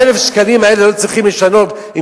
1,000 השקלים האלה לא צריכים לשנות אם